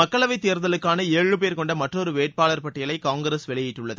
மக்களவை தேர்தலுக்கான ஏழு பேர் கொண்ட மற்றொரு வேட்பாளர் பட்டியலை காங்கிரஸ் வெளியிட்டுள்ளது